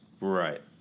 Right